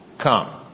come